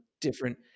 different